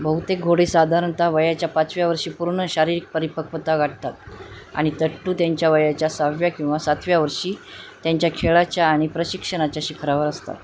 बहुतेक घोडे साधारणत वयाच्या पाचव्या वर्षी पूर्ण शारीरिक परिपक्वता गाठतात आणि तट्टू त्यांच्या वयाच्या सहाव्या किंवा सातव्या वर्षी त्यांच्या खेळाच्या आणि प्रशिक्षणाच्या शिखरावर असतात